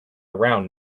around